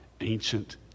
ancient